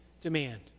demand